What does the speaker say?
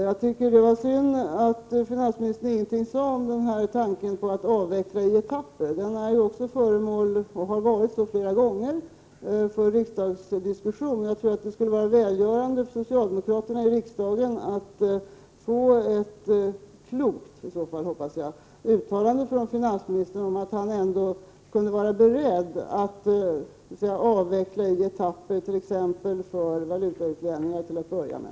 Jag tycker det var synd att finansministern ingenting sade om tanken på att avveckla i etapper. Den är ju också föremål — och har varit så flera gånger — för riksdagsdiskussion. Jag tror att det skulle vara välgörande för socialdemokraterna i riksdagen att få ett klokt — hoppas jag i så fall — uttalande från finansministern om att han ändå skulle vara beredd att avveckla i etapper, t.ex. för valutautlänningar till att börja med.